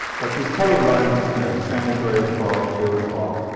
but these colored lines you know, the san andreas fault, the hayward fault,